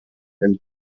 and